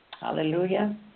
Hallelujah